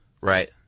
right